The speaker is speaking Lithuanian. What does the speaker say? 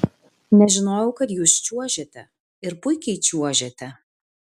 nežinojau kad jūs čiuožiate ir puikiai čiuožiate